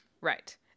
Right